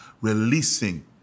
releasing